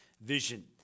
vision